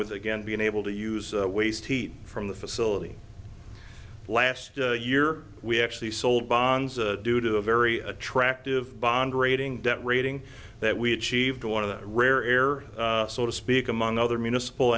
with again being able to use waste heat from the facility last year we actually sold bonds due to a very attractive bond rating debt rating that we achieved one of the rare air so to speak among other municipal